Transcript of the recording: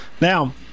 Now